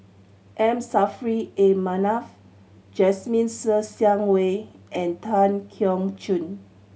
M Saffri A Manaf Jasmine Ser Xiang Wei and Tan Keong Choon